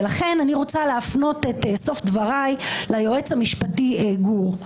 ולכן אני רוצה להפנות את סוף דבריי ליועץ המשפטי גור.